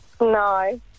No